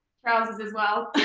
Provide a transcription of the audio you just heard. trousers as well.